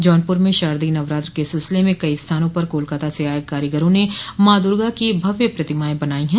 जौनपुर में शारदीय नवरात्र के सिलसिले में कई स्थानों पर कोलकाता से आये कारीगरों ने माँ दुर्गा की भव्य प्रतिमायें बनाई है